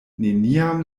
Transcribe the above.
neniam